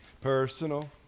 personal